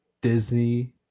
Disney